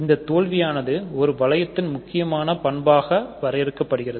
இந்த தோல்வியானது ஒரு வளையத்தில் முக்கியமான பண்பாக வரையறுக்கப்படுகிறது